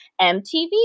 MTV